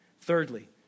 Thirdly